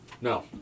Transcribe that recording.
No